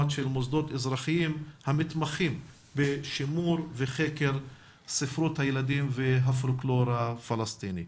של מוסדות אזרחיים המתמחים בשימור וחקר ספרות הילדים והפולקלור הפלסטיני.